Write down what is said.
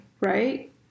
right